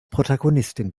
protagonistin